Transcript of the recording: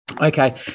Okay